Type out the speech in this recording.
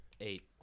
eight